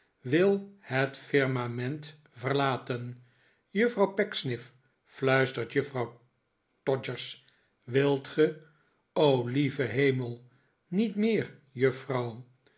wil het firmament verlaten juffrouw pecksniff fluistert juffrouw todgers wilt ge o lieve hemel niet meer juffrouw